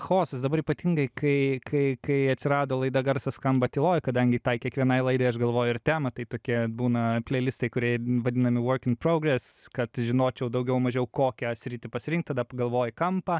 chaosas dabar ypatingai kai kai kai atsirado laida garsas skamba tyloj kadangi tai kiekvienai laidai aš galvoju ir temą tai tokie būna pleilistai kurie vadinami work in progress kad žinočiau daugiau mažiau kokią sritį pasirinkt tada p galvoji kampą